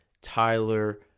Tyler